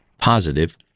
positive